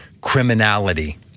criminality